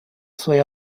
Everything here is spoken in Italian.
suoi